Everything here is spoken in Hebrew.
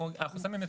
אני אגיד את זה,